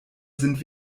sind